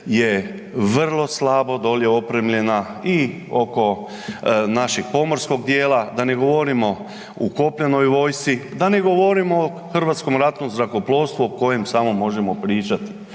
je vrlo slabo dolje opremljena i oko našeg pomorskog dijela. Da ne govorimo u kopnenoj vojsci, da ne govorimo o Hrvatskom ratnom zrakoplovstvu o kojem samo možemo pričati.